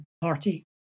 party